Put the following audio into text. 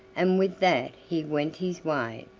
and with that he went his way.